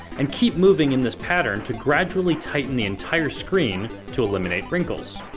and keep moving in this pattern to gradually tighten the entire screen to eliminate wrinkles.